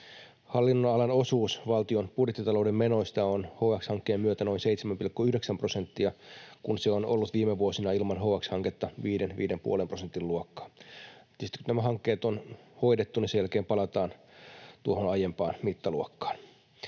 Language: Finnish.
Hallinnonalan osuus valtion budjettitalouden menoista on HX-hankkeen myötä noin 7,9 prosenttia, kun se on ollut viime vuosina ilman HX-hanketta 5—5,5 prosentin luokkaa. Tietysti, kun nämä hankkeet on hoidettu, sen jälkeen palataan tuohon aiempaan mittaluokkaan.